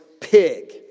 pig